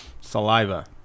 Saliva